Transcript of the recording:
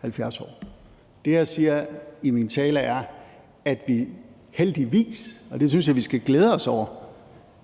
70 år. Det, jeg sagde i min tale, var, at vi heldigvis – og det synes jeg vi skal glæde os over –